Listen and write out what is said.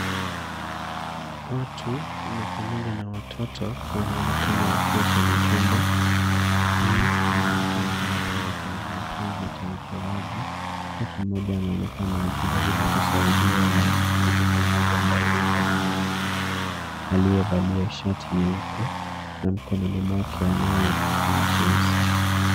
Watu na pamoja na watoto wanaonekana wakiwa kwenye chumba. Hii inaonekana kama chumba cha mafunzo cha uchoraji. Mtoto mmoja anaonekana akijaribu kusaidiwa na mhudumu mmoja ambaye huenda ni mwalimu aliyevalia shati nyeupe na mkononi mwake anayo kifaa cheusi.